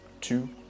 two